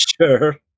Sure